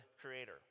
creator